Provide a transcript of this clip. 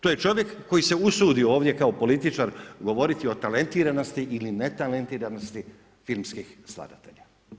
To je čovjek koji se usudi ovdje kao političar govoriti o talentiranosti ili netalentiranosti filmskih skladatelja.